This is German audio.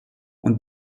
und